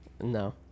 No